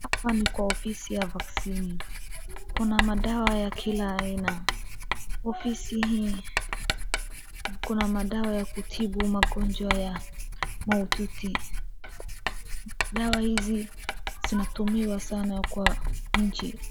Hapa ni kwa ofisi ya vaccine . Kuna madawa ya kila aina. Ofisi hii, kuna madawa ya kutibu magonjwa ya mahututi. Dawa hizi zinatumiwa sana kwa nchi.